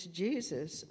jesus